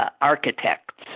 architects